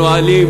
נהלים,